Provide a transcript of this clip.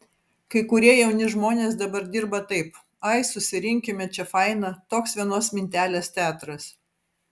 kai kurie jauni žmonės dabar dirba taip ai susirinkime čia faina toks vienos mintelės teatras